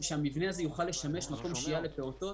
שיוכל לשמש מקום שהייה לפעוטות,